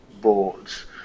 boards